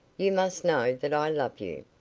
you must know that i love you.